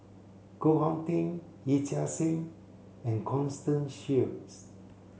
Koh Hong Teng Yee Chia Hsing and Constance Sheares